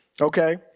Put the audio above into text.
okay